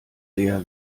sehr